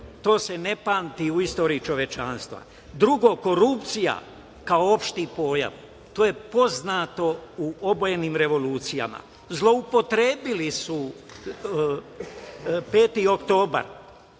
to se ne pamti u istoriji čovečanstva. Drugo, korupcija kao opšti pojam, to je poznato u obojenim revolucijama. Zloupotrebili su 5. oktobar.